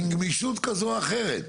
עם גמישות כזו או אחרת,